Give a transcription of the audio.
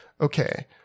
okay